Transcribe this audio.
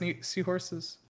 seahorses